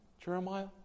Jeremiah